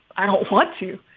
i don't want to.